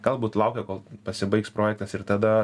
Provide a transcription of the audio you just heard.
galbūt laukia kol pasibaigs projektas ir tada